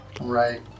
Right